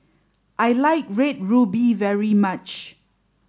I like red ruby very much